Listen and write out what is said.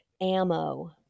ammo